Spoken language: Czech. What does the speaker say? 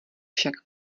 však